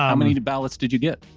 um i need to balance, did you get,